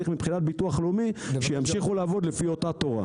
מבחינת הביטוח הלאומי כדי שימשיכו לעבוד לפי אותה תורה.